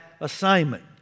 assignment